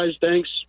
Thanks